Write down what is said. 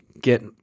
get